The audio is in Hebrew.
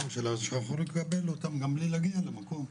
שאפשר לקבל אותם גם בלי להגיע למקום.